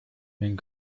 wenn